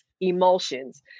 emulsions